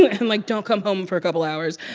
and, like, don't come home for a couple hours?